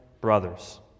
brothers